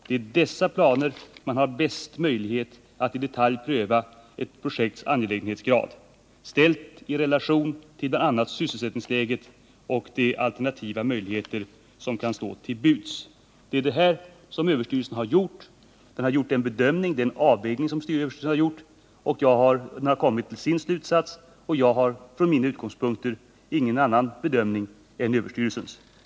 Det är på dessa plan man har bäst möjligheter att i detalj pröva ett projekts angelägenhetsgrad ställt i relation till bl.a. sysselsättningsläget och de alternativa möjligheter som kan stå till buds.” Det är denna avvägning som överstyrelsen har gjort, och den har kommit till sin slutsats. Jag har från mina utgångspunkter ingen annan bedömning än överstyrelsens.